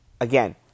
Again